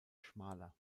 schmaler